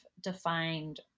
defined